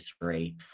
three